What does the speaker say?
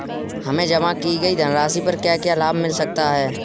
हमें जमा की गई धनराशि पर क्या क्या लाभ मिल सकता है?